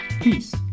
peace